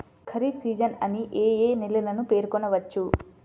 Kharif season అని ఏ ఏ నెలలను పేర్కొనవచ్చు?